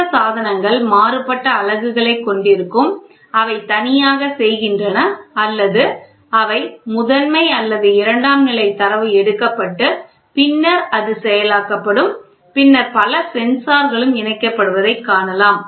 இந்த சாதனங்கள் மாறுபட்ட அலகுகளைக் கொண்டிருக்கும் அவை தனியாக செய்கின்றன அல்லது அவை முதன்மை அல்லது இரண்டாம்நிலை தரவு எடுக்கப்பட்டு பின்னர் அது செயலாக்கப்படும் பின்னர் பல சென்சார்களும் இணைக்கப்படுவதைக் காணலாம்